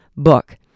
book